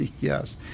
Yes